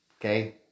Okay